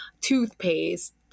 toothpaste